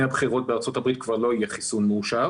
הבחירות בארצות הברית כבר לא יהיה חיסון מאושר